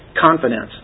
confidence